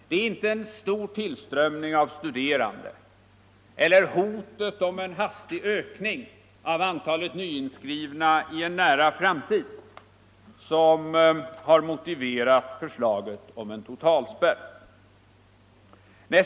Det är inte en stor tillströmning av studerande eller hotet om en hastig ökning av antalet nyinskrivna i en nära framtid som har motiverat förslaget om en totalspärr.